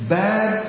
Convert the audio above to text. bad